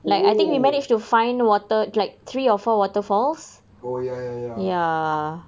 oh oh ya ya ya